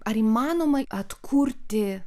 ar įmanoma atkurti